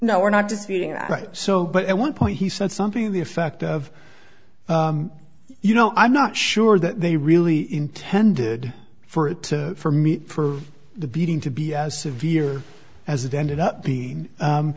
no we're not disputing that right so but at one point he said something in the effect of you know i'm not sure that they really intended for it to for me for the beating to be as severe as it ended up being